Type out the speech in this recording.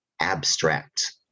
abstract